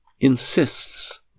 insists